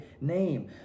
name